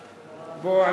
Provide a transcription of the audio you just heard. עיסאווי.